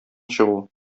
чыгу